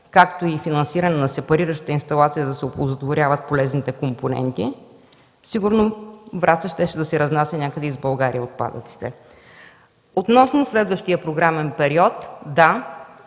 както и финансиране на сепарираща инсталация, за да се оползотворяват полезните компоненти, сигурно Враца щеше да си разнася някъде из България отпадъците. Относно следващия програмен период – да,